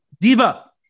Diva